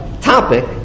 topic